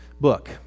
book